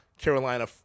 Carolina